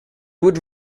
would